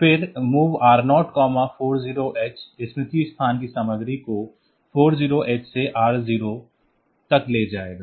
फिर MOV R040h स्मृति स्थान की सामग्री को 40h से R0 तक ले जाएगा